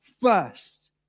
first